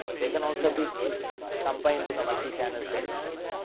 they can also be combined to the multi channel strain measurement.